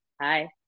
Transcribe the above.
hi